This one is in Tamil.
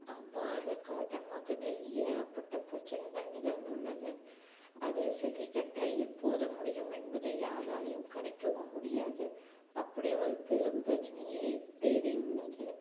அவ்வாறு காட்டன் மார்க்கெட்டில் ஏகப்பட்ட பிரச்சினைகள் நிகழ்ந்துள்ளது அதை சரிக்கட்ட எப்போது முடியும் என்பதை யாராலேயும் கனிக்கவும் முடியாது அப்படி ஒரு பெரும் பிரச்சினையை தேடி உள்ளது